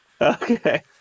okay